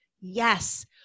Yes